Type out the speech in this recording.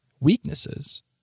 weaknesses